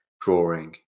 drawing